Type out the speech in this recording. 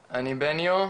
בניו,